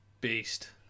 beast